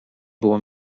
było